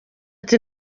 ati